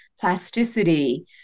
plasticity